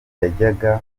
yajyaga